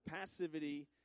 passivity